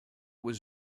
was